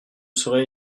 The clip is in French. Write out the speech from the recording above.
serait